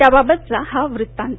त्याबाबतचा हा वृत्तांत